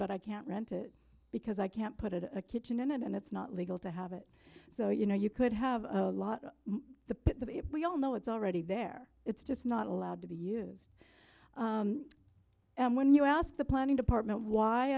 but i can't rent it because i can't put a kitchen in it and it's not legal to have it so you know you could have a lot of the we all know it's already there it's just not allowed to be used and when you ask the planning department why